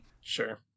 Sure